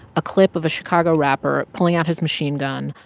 a clip of a chicago rapper pulling out his machine gun,